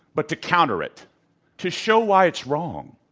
but to counter it to show why it's wrong,